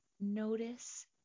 Notice